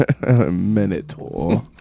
Minotaur